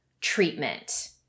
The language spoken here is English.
treatment